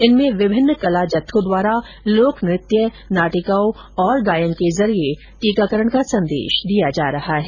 इनमें विभिन्न कला जत्थों द्वारा लोकनृत्य नाटिकाओं और गायन के जरिये टीकाकरण का संदेश दिया जा रहा है